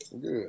good